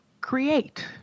create